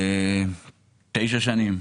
תשע שנים.